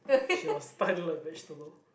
he was stunned like vegetable